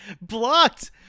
blocked